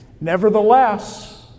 Nevertheless